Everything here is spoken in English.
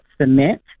cement